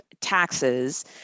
taxes